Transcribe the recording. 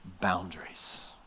boundaries